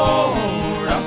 Lord